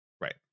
Right